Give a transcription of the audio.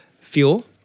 fuel